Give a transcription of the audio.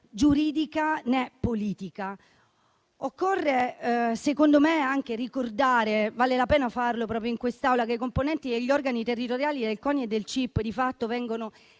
giuridica né politica. Occorre secondo me anche ricordare - vale la pena farlo proprio in quest'Aula - che i componenti degli organi territoriali del CONI e del CIP vengono